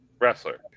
Wrestler